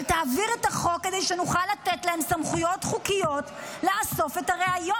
אבל תעביר את החוק כדי שנוכל לתת להם סמכויות חוקיות לאסוף את הראיות,